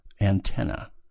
antenna